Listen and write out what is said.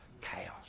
chaos